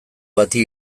bati